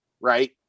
right